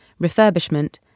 refurbishment